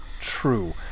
true